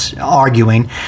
arguing